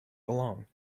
along